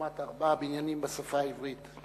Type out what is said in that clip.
לעומת ארבעה בניינים בשפה העברית.